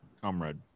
Comrade